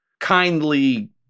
kindly